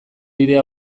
bidea